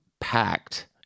packed